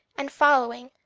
and following,